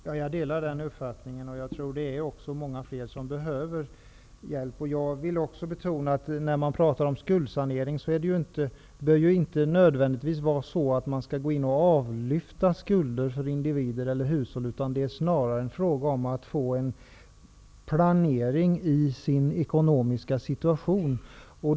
Herr talman! Jag delar den uppfattningen. Jag tror att det är många fler som behöver hjälp. När vi pratar om skuldsanering vill jag också betona att det inte nödvändigtvis behöver vara så att man skall gå in och lyfta av individers och hushålls skulder. Det är snarare fråga om att få till stånd en planering av människors ekonomiska situation.